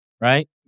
right